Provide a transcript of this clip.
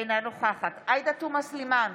אינה נוכחת עאידה תומא סלימאן,